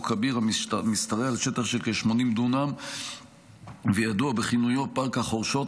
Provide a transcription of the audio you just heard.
כביר המשתרע על שטח של כ-80 דונם וידוע בכינויו "פארק החורשות",